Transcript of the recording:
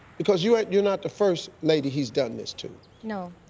because you're not the first lady he's done this to. no.